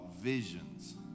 visions